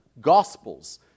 gospels